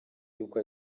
y’uko